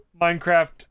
Minecraft